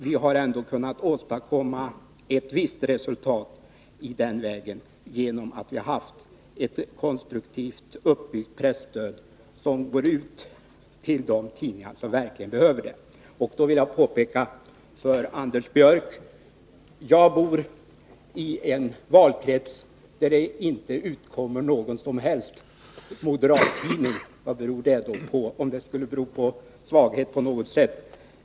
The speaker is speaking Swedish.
Vi har ändå kunnat åstadkomma ett visst resultat i den vägen, eftersom vi har haft ett konstruktivt uppbyggt presstöd som går till de tidningar som verkligen behöver det. Jag vill påpeka för Anders Björck att jag bor i en valkrets där det inte utkommer någon som helst moderat tidning. Vad beror det på? Är det svaghet på något sätt?